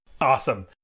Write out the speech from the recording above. Awesome